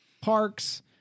parks